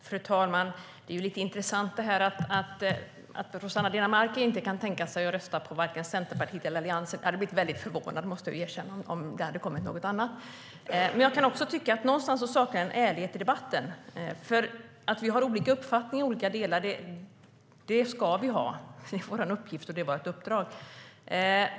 Fru talman! Det är intressant att Rossana Dinamarca inte kan tänka sig att rösta på vare sig Centerpartiet eller Alliansen. Jag hade blivit väldigt förvånad, måste jag erkänna, om det hade kommit fram något annat. Men någonstans saknar jag en ärlighet i debatten. Vi ska ha olika uppfattningar i olika delar. Det är vår uppgift och vårt uppdrag.